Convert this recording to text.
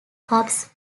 cubs